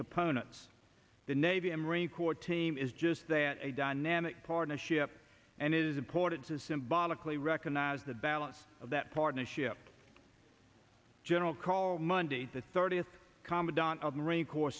components the navy and marine corps team is just that a dynamic partnership and it is important to symbolically recognize the balance of that partnership general call monday the thirtieth commandant of the marine corps